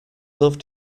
loved